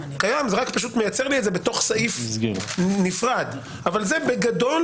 זה רק מייצר לי את זה בתוך סעיף נפרד אבל זה בגדול